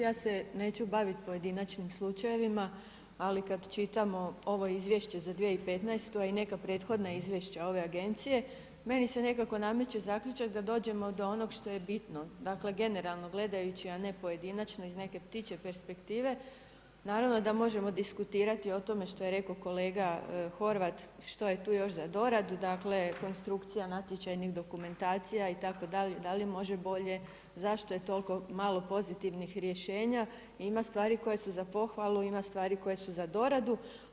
Ja se neću baviti pojedinačnim slučajevima ali kada čitamo ovo izvješće za 2015. a i neka prethodna izvješća ove agencije, meni se nekako nameće zaključak da dođemo do onog što je bitno, dakle generalno gledajući a ne pojedinačno iz neke ptičje perspektive naravno da možemo diskutirati o tome što je rekao kolega Horvat što je tu još za doradu, dakle konstrukcija natječajnih dokumentacija itd., da li može bolje, zašto je toliko malo pozitivnih rješenja i ima stvari koje su za pohvalu i ima stvari koje su za doradu.